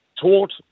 taught